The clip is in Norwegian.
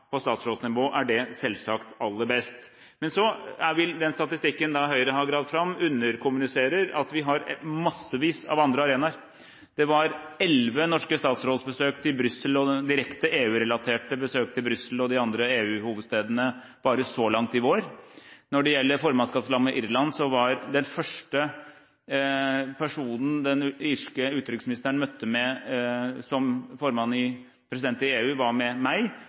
på statsrådsnivå, er det selvsagt aller best. Men den statistikken som Høyre har gravd fram, underkommuniserer at vi har massevis av andre arenaer. Det har bare så langt i vår vært elleve norske statsrådsbesøk til Brussel, direkte EU-relaterte besøk både til Brussel og de andre EU-hovedstedene. Når det gjelder formannskapslandet Irland, var den første personen den irske utenriksministeren hadde møte med som president i EU,